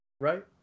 right